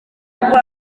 rwanda